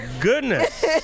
goodness